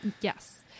Yes